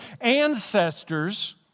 ancestors